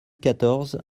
quatorze